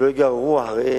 שלא ייגררו אחרי